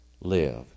live